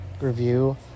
review